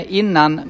innan